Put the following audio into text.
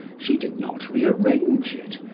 she did not rearrange it,